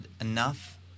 enough